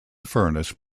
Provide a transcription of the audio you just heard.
furnace